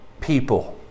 people